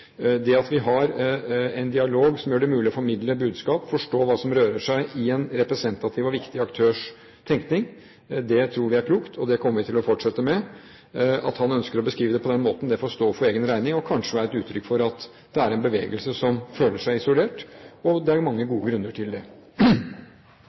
Det at vi har en dialog som gjør det mulig å formidle budskap, forstå hva som rører seg i en representativ og viktig aktørs tenkning, tror vi er klokt, og det kommer vi til å fortsette med. At han ønsker å beskrive det på den måten, får stå for egen regning og kanskje være et uttrykk for at det er en bevegelse som føler seg isolert. Det er jo mange